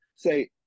Say